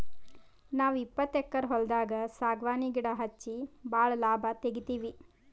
ನಾವ್ ಇಪ್ಪತ್ತು ಎಕ್ಕರ್ ಹೊಲ್ದಾಗ್ ಸಾಗವಾನಿ ಗಿಡಾ ಹಚ್ಚಿ ಭಾಳ್ ಲಾಭ ತೆಗಿತೀವಿ